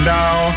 now